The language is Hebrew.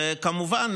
וכמובן,